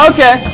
Okay